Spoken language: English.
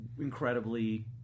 incredibly